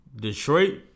Detroit